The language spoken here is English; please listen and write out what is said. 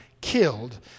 killed